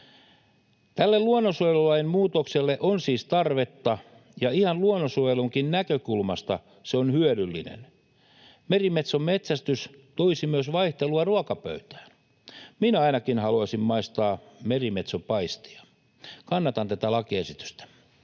Tälle luonnonsuojelulain muutokselle on siis tarvetta, ja ihan luonnonsuojelunkin näkökulmasta se on hyödyllinen. Merimetson metsästys toisi myös vaihtelua ruokapöytään. Minä ainakin haluaisin maistaa merimetsopaistia. Kannatan tätä lakiesitystä.